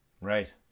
Right